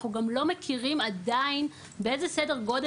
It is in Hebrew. ואנחנו עדיין לא יודעים באיזה סדר גודל